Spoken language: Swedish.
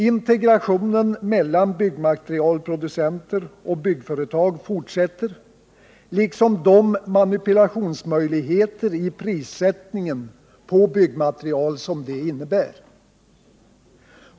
Integrationen mellan byggmaterialproducenter och byggföretag fortsätter liksom de manipulationsmöjligheter i prissättningen på byggmaterial som det innebär.